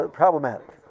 problematic